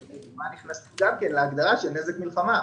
שהפגיעה נכנסת גם כן להגדרה "נזק מלחמה"